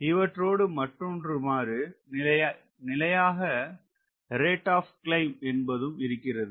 இவற்றோடு மற்றுமொரு நிலை யாக ரேட் ஆப் கிளைம்ப் என்பதும் இருக்கிறது